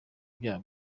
ibyaha